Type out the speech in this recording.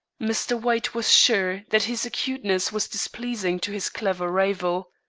mr. white was sure that his acuteness was displeasing to his clever rival.